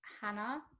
Hannah